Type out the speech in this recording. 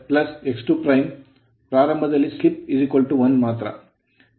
ಪ್ರಾರಂಭದಲ್ಲಿ slip ಸ್ಲಿಪ್1 ಮಾತ್ರ ಇಲ್ಲಿ ಅದನ್ನು ಬರೆಯಲಾಗಿದೆ